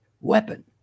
weapon